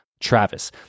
Travis